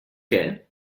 què